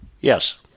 Yes